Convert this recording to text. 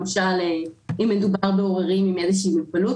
למשל אם מדובר בעוררים עם מוגבלות